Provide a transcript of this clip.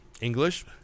English